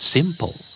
Simple